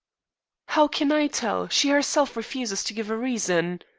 how can i tell? she herself refuses to give a reason.